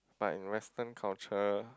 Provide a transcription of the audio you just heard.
but in Western culture